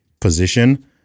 position